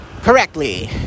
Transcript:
Correctly